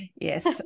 yes